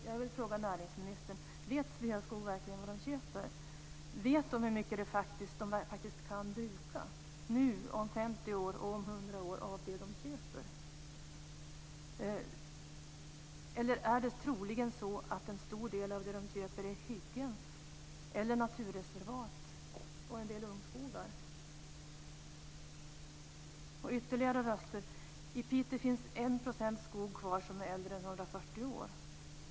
Jag vill fråga näringsministern: Vet Sveaskog verkligen vad man köper? Vet man hur mycket man faktiskt kan bruka - nu, om 50 år och om 100 år - av det man köper? Eller är det troligen så att en stor del av det man köper är hyggen eller naturreservat och en del ungskogar? Ytterligare röster säger: I Piteå finns 1 % skog kvar som är äldre än 140 år.